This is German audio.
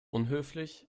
unhöflich